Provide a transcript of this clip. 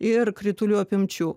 ir kritulių apimčių